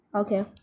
Okay